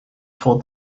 told